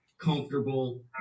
comfortable